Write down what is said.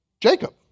Jacob